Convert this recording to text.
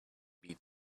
beat